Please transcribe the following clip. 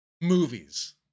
movies